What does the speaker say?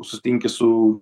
sutinki su